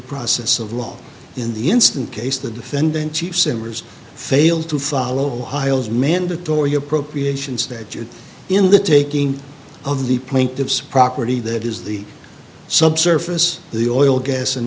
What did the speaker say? process of law in the instant case the defendant chief simmers fail to follow hiles mandatory appropriations that you're in the taking of the plaintiff's property that is the subsurface the oil gas and